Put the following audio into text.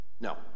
No